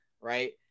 right